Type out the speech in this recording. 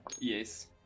Yes